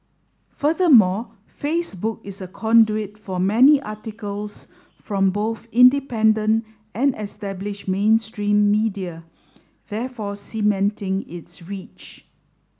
furthermore Facebook is a conduit for many articles from both independent and established mainstream media therefore cementing its reach